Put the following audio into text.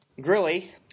Grilly